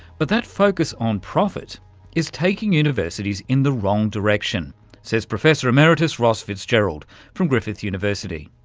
but that focus on profit is taking universities in the wrong direction says professor emeritus ross fitzgerald from griffith university.